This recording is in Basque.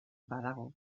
badago